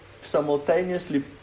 simultaneously